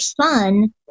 son